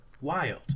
Wild